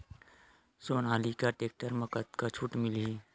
Sonalika tractor म कतका छूट मिलही?